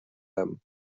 them